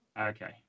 Okay